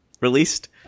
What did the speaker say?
Released